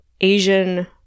Asian